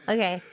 Okay